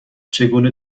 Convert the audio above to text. چگونه